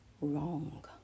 wrong